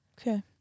Okay